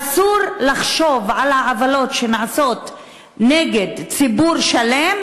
אסור לחשוב על העוולות שנעשות נגד ציבור שלם